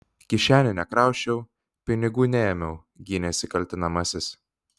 kišenių nekrausčiau pinigų neėmiau gynėsi kaltinamasis